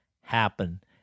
happen